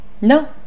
no